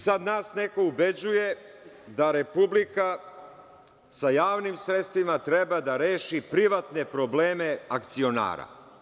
Sada nas neko ubeđuje da Republika sa javnim sredstvima treba da reši privatne probleme akcionara.